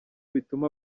bituma